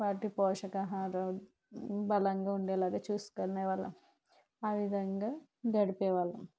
వాటి పోషకాహారం బలంగా ఉండేలాగా చూసుకొనే వాళ్ళం ఆ విధంగా గడిపే వాళ్ళం